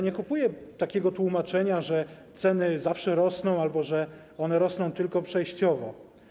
Nie kupuję takiego tłumaczenia, że ceny zawsze rosną albo że one rosną tylko przejściowo.